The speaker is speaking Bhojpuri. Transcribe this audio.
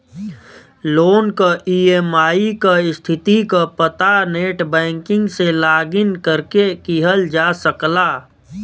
लोन क ई.एम.आई क स्थिति क पता नेटबैंकिंग से लॉगिन करके किहल जा सकला